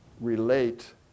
relate